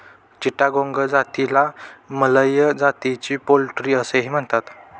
चिटागोंग जातीला मलय जातीची पोल्ट्री असेही म्हणतात